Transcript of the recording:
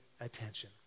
attention